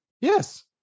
Yes